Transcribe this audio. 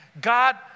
God